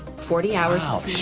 forty hours. wow,